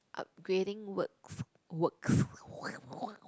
upgrading works works